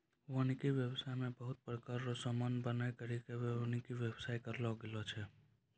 वानिकी व्याबसाय मे बहुत प्रकार रो समान बनाय करि के वानिकी व्याबसाय करलो गेलो छै